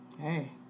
Hey